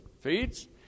feeds